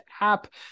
app